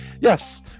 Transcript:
yes